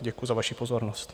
Děkuji za vaši pozornost.